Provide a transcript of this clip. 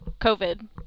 COVID